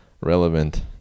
relevant